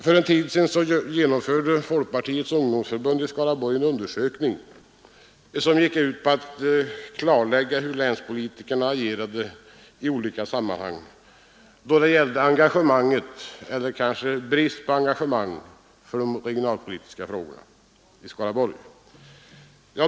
För en tid sedan genomförde folkpartiets ungdomsförbund i Skaraborg en undersökning som gick ut på att kartlägga hur länspolitikerna agerat i olika sammanhang då det gällde engagemanget — eller kanske bristen på engagemang — för de regionalpolitiska frågorna i Skaraborgs län.